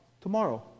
tomorrow